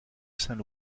saint